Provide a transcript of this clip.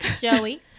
Joey